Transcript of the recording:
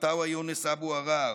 עטווה יונס אבו עראר,